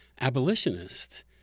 abolitionist